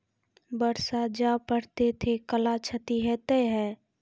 बरसा जा पढ़ते थे कला क्षति हेतै है?